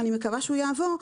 ואני מקווה שהוא יעבור,